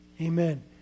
Amen